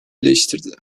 eleştirdi